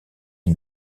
est